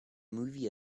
movie